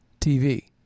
TV